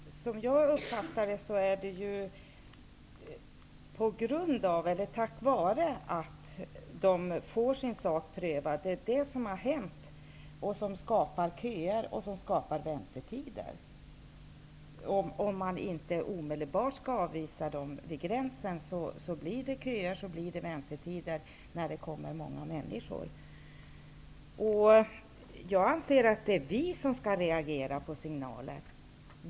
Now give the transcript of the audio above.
Herr talman! Som jag uppfattar det är det för hållandet att dessa personer får sin sak prövad som skapar köer och väntetider. Om man inte omedelbart skall avvisa dem vid gränsen blir det köer och väntetider när det kommer många män niskor. Jag anser att det är vi som skall reagera på sig naler.